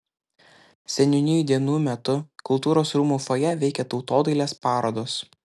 seniūnijų dienų metu kultūros rūmų fojė veikė tautodailės parodos